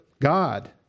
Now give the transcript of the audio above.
God